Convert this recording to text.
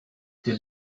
der